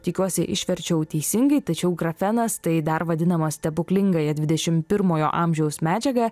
tikiuosi išverčiau teisingai tačiau grafenas tai dar vadinamas stebuklingąja dvidešimt pirmojo amžiaus medžiaga